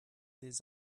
des